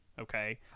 Okay